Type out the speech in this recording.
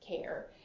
care